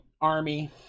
army